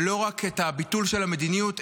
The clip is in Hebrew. ולא רק ביטול של המדיניות,